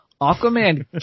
Aquaman